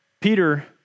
Peter